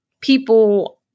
people